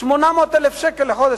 800,000 לחודש.